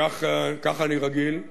ככה אני רגיל,